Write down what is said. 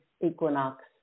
equinox